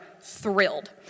thrilled